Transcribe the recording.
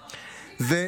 הכבוד.